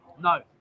No